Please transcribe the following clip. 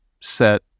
set